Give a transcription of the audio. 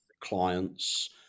clients